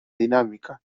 dinámica